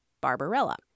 Barbarella